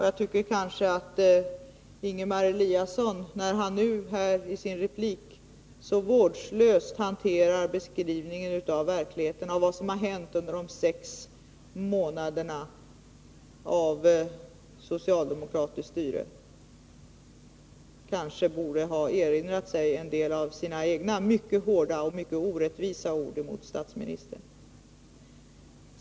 Jag tycker kanske att Ingemar Eliasson, som i sin replik så vårdslöst beskrev vad som har hänt under de sex månaderna av socialdemokratiskt styre, borde ha erinrat sig en del av sina egna mycket hårda och mycket orättvisa ord mot statsministern.